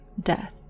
death